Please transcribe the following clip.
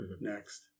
next